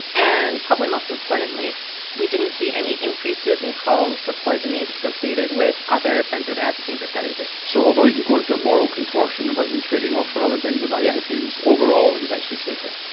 and probably most importantly we didn't see any increases in calls for poisoning associated with other benzodiazepines or sedatives. so although you could go into a moral contortion about them trading off for other benzodiazepines, overall it was actually safer,